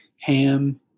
ham